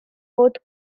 both